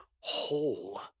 whole